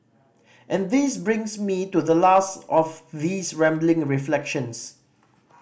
and this brings me to the last of these rambling reflections